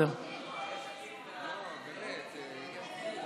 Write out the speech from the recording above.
לצורך התמודדות עם משבר נגיף הקורונה,